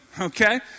okay